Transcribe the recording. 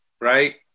right